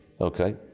okay